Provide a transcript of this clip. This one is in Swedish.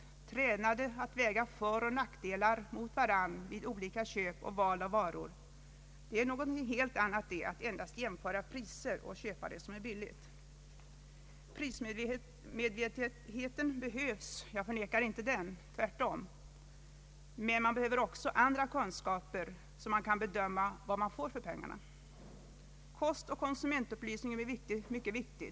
Att kunna väga föroch nackdelar mot varandra vid köp av olika varor är något helt annat än att endast jämföra priser och köpa det som är billigt. Prismedvetenheten behövs, jag förnekar inte det, tvärtom. Men man behöver också andra kunskaper så att man kan bedöma vad man får för pengarna. Kostoch konsumentupplysningen är mycket viktig.